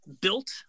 built